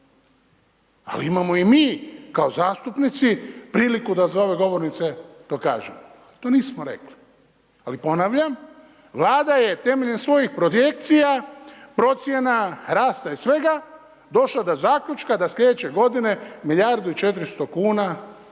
Ali imamo i mi kao zastupnici priliku da iza ove govornice to kažemo. To nismo rekli. Ali ponavljam, Vlada je temeljem svojih projekcija, procjena, rasta i svega, došla do zaključka da slijedeće godine milijardu i 400 kuna